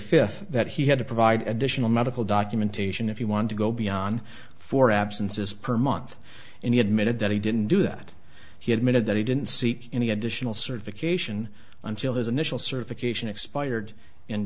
fifth that he had to provide additional medical documentation if you want to go beyond four absences per month and he admitted that he didn't do that he admitted that he didn't seek any additional certification until his initial certification expired in